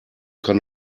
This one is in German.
kann